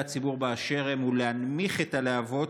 הציבור באשר הם הוא להנמיך את הלהבות,